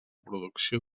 producció